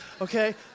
Okay